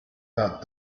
that